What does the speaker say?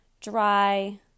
dry